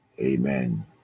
Amen